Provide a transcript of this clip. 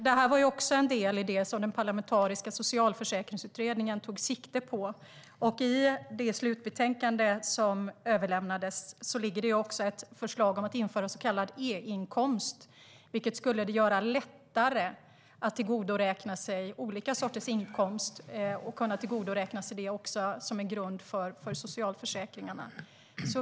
Detta var en del i det som den parlamentariska socialförsäkringsutredningen tog sikte på, och i det slutbetänkande som överlämnades finns det också ett förslag om att införa så kallad e-inkomst. Det skulle göra det lättare att tillgodoräkna sig olika sorters inkomst och tillgodoräkna sig dem också som en grund för socialförsäkringarna.